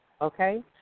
okay